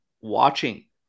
watching